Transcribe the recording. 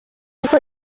kuko